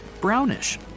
brownish